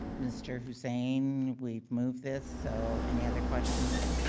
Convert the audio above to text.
mr. hussain, we've moved this, so any other questions?